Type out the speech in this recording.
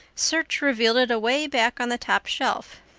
search revealed it away back on the top shelf.